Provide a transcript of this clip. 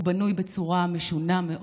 הוא בנוי בצורה משונה מאוד,